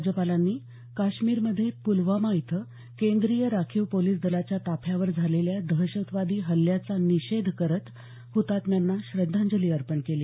राज्यपालांनी काश्मीरमध्ये प्लवामा इथं केंद्रीय राखीव पोलिस दलाच्या ताफ्यावर झालेल्या दहशतवादी हल्ल्याचा निषेध करत हुतात्म्यांना श्रद्धांजली अर्पण केली